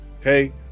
okay